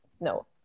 no